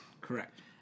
Correct